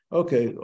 okay